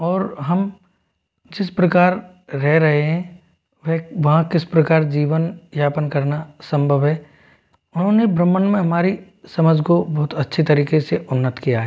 और हम जिस प्रकार रह रहे हैं वह वहाँ किस प्रकार जीवन व्यापन करना संभव है उन्होंने ब्रह्मांड में हमारी समाज को बहुत अच्छे तरीके से उन्नत किया है